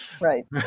Right